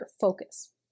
focus